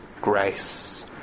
grace